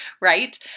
Right